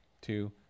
two